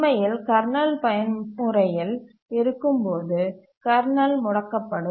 உண்மையில் கர்னல் பயன்முறையில் இருக்கும்போது கர்னல் முடக்கப்படும்